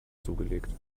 zugelegt